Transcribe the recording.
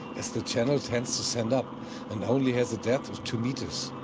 as the channel tends to sand up and only has a depth of two meters.